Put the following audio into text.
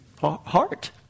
heart